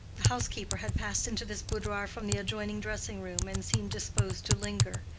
the housekeeper had passed into this boudoir from the adjoining dressing-room and seemed disposed to linger,